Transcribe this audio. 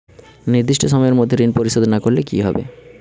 নির্দিষ্ট সময়ে মধ্যে ঋণ পরিশোধ না করলে কি হবে?